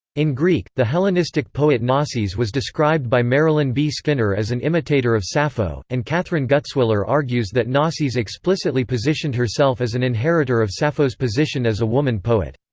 in greek, the hellenistic poet nossis was described by marylin b. skinner as an imitator sappho, and kathryn gutzwiller argues that nossis explicitly positioned herself as an inheritor of sappho's position as a woman poet.